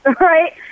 right